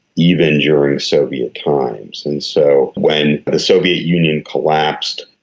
even during soviet times. and so when the soviet union collapsed,